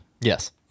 yes